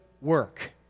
work